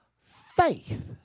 faith